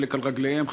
חלק ברגליהם,